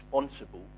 responsible